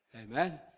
Amen